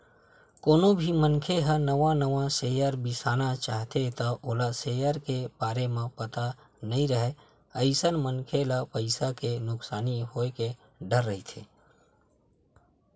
कोनो भी मनखे ह नवा नवा सेयर बिसाना चाहथे त ओला सेयर के बारे म पता नइ राहय अइसन मनखे ल पइसा के नुकसानी होय के डर रहिथे